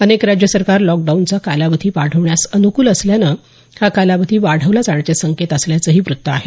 अनेक राज्य सरकार लॉकडाऊनचा कालावधी वाढवण्यास अनुकूल असल्यानं हा कालावधी वाढवला जाण्याचे संकेत असल्याचं वृत्त आहे